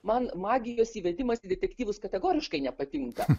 man magijos įvedimas į detektyvus kategoriškai nepatinka